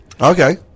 Okay